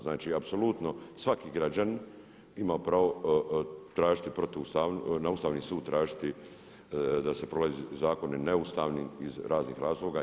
Znači apsolutno svaki građanin ima pravo tražiti protuustavnost, na Ustavni sud tražiti da se proglasi zakone neustavnim iz raznih razloga.